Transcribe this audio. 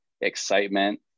excitement